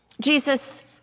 Jesus